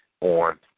on